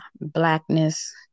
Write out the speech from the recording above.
blackness